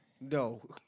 No